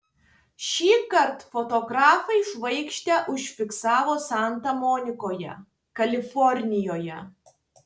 šįkart fotografai žvaigždę užfiksavo santa monikoje kalifornijoje